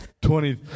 Twenty